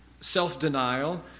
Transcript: self-denial